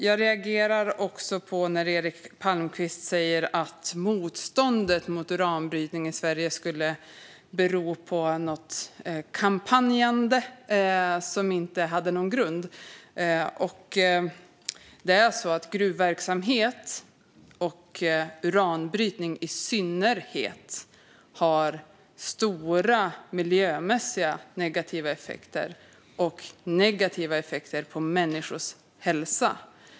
Jag reagerar också på att Eric Palmqvist säger att motståndet mot uranbrytning i Sverige skulle bero på ett kampanjande utan grund. Men det är så att gruvverksamhet och i synnerhet uranbrytning har stora miljömässigt negativa effekter och negativa effekter på människors hälsa.